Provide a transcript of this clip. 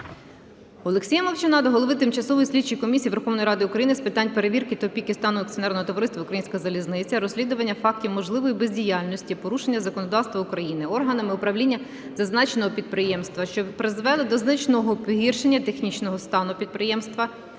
Олексія Мовчана до Голови Тимчасової слідчої комісії Верховної Ради України з питань перевірки та оцінки стану акціонерного товариства "Українська залізниця", розслідування фактів можливої бездіяльності, порушення законодавства України органами управління зазначеного підприємства, що призвели до значного погіршення технічного стану підприємства